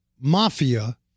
mafia